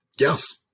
Yes